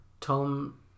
Tom